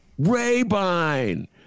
Rabine